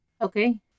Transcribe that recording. Okay